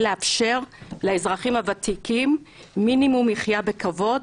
לאפשר לאזרחים הוותיקים מינימום מחייה בכבוד,